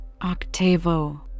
Octavo